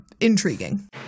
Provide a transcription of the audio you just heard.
intriguing